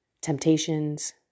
temptations